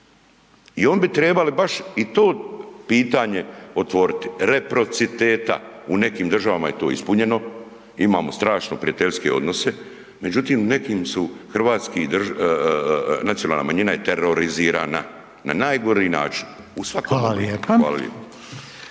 i oni bi trebali baš i to pitanje otvoriti reciprociteta. U nekim državama je to ispunjeno, imamo strašno prijateljske odnose, međutim u nekim su hrvatska nacionalna manjina je terorizirana na najgori način u svakom pogledu.